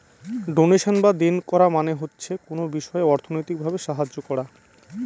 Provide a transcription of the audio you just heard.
donation বা দেন করা মানে হচ্ছে কোনো বিষয়ে অর্থনৈতিক ভাবে সাহায্য করা